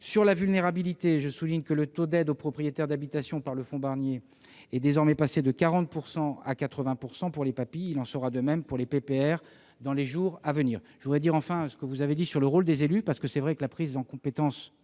de la vulnérabilité, je souligne que le taux d'aide aux propriétaires d'habitation par le fonds Barnier est désormais passé de 40 % à 80 % pour les PAPI. Il en sera de même pour les PPR dans les jours à venir. Je veux revenir à ce que vous avez dit sur le rôle des élus. Il est vrai que du fait de la prise de la compétence